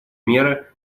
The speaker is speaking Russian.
меры